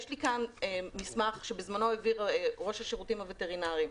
יש לי כאן מסמך שבזמנו העביר ראש השירותים הווטרינריים.